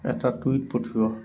এটা টুইট পঠিওৱা